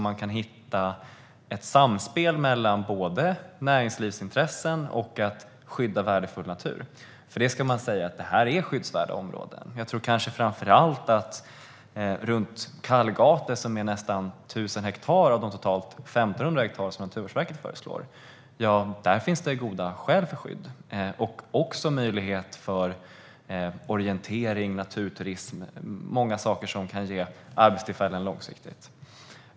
Man kan hitta ett samspel mellan både näringslivsintressen och skydd av värdefull natur. För det ska sägas: Det här är skyddsvärda områden. Jag tror att det runt Kallgate, som utgör ungefär 1 000 hektar av de totalt 1 500 hektar som Naturvårdsverket föreslår, finns goda skäl för skydd och även möjlighet till orientering, naturturism och många andra saker som kan ge arbetstillfällen långsiktigt.